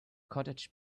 cottage